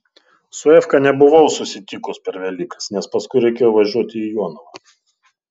su efka nebuvau susitikus per velykas nes paskui reikėjo važiuoti į jonavą